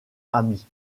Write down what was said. amie